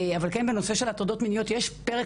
אבל כן - בנושא של הטרדות מיניות יש פרק